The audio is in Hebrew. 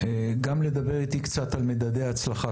לדבר קצת על מדדי ההצלחה,